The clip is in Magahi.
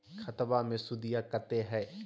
खतबा मे सुदीया कते हय?